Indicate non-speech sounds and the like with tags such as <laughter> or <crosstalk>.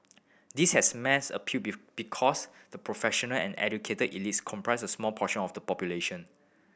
this has mass appeal <unintelligible> because the professional and educated elites comprise a small portion of the population